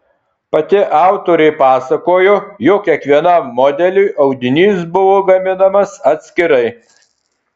pati autorė pasakojo jog kiekvienam modeliui audinys buvo gaminamas atskirai